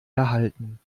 erhalten